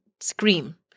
Scream